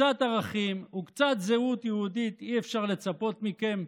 קצת ערכים וקצת זהות יהודית אי-אפשר לצפות מכם?